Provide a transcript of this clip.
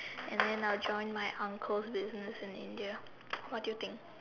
and then I'll join my uncle's business in India what do you think